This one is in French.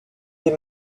des